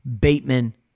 Bateman